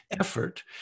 effort